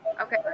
Okay